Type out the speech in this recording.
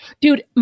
Dude